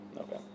Okay